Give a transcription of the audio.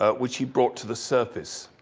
ah which he brought to the surface.